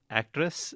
actress